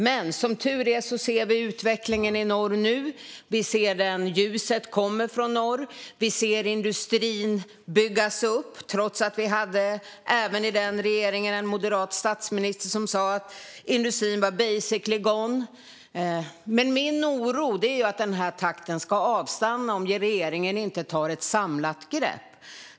Men som tur är ser vi utvecklingen i norr nu, och ljuset kommer från norr. Vi ser industrin byggas upp, trots att den moderate statsministern i nämnda regering sa att industrin var basically gone. Min oro är att takten ska avstanna om regeringen inte tar ett samlat grepp.